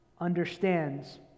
Understands